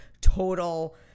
total